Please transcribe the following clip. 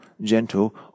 gentle